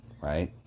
right